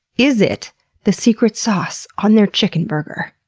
is it the secret sauce on their chickenburger?